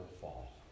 fall